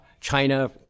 China